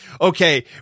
okay